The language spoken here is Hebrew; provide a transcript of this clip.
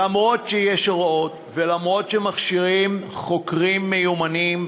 למרות שיש הוראות ולמרות שמכשירים חוקרים מיומנים,